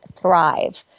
thrive